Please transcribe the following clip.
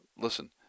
Listen